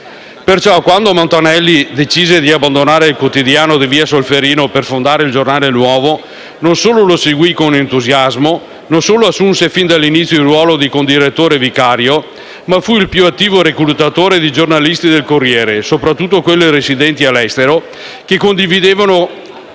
Perciò, quando Montanelli decise di abbandonare il quotidiano di via Solferino per fondare «Il Giornale nuovo», non solo lo seguì con entusiasmo, non solo assunse fin dall'inizio il ruolo di condirettore vicario, ma fu il più attivo reclutatore di giornalisti del «Corriere della Sera», soprattutto quelli residenti all'estero, che condividevano